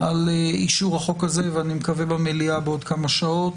על אישור החוק הזה ואני מקווה במליאה בעוד כמה שעות